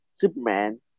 Superman